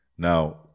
Now